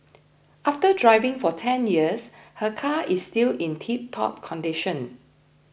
after driving for ten years her car is still in tiptop condition